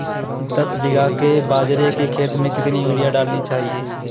दस बीघा के बाजरे के खेत में कितनी यूरिया डालनी चाहिए?